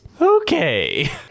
Okay